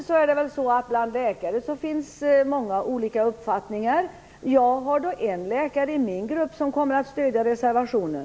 Bland läkare finns det många olika uppfattningar. Jag har en läkare i min grupp som kommer att stödja reservationen.